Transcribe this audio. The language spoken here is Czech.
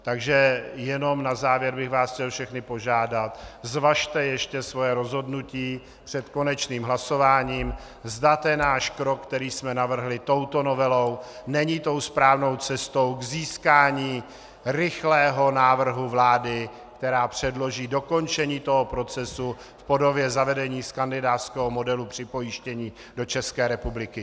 Takže jenom na závěr bych vás chtěl všechny požádat, zvažte ještě svoje rozhodnutí před konečným hlasováním, zda ten náš krok, který jsme navrhli touto novelou, není tou správnou cestou k získání rychlého návrhu vlády, která předloží dokončení toho procesu v podobě zavedení skandinávského modelu připojištění do České republiky.